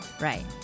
Right